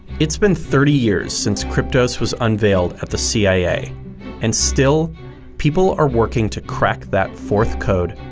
it's been thirty years since kryptos was unveiled at the cia and still people are working to crack that forth code,